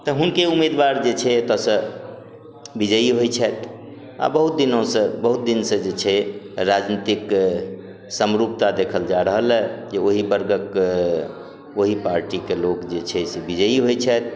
तऽ हुनके उम्मीदवार जे छै एतऽसँ विजय होइ छथि आओर बहुत दिनोसँ बहुत दिनसँ जे छै राजनीतिक समरूपता देखल जा रहल है जे ओहि वर्गक ओहि पार्टीके लोक जे छै से विजयी होइ छथि